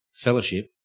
fellowship